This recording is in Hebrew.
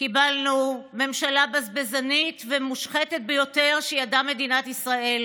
קיבלנו ממשלה בזבזנית ומושחתת ביותר שידעה מדינת ישראל,